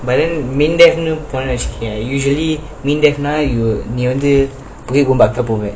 MINDEF பொன்னேன் வெச்சுகோயே:ponnaen vechukoya usually MINDEF நீ வந்து:nee vanthu